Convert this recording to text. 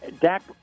Dak